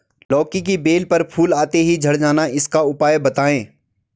लौकी की बेल पर फूल आते ही झड़ जाना इसका उपाय बताएं?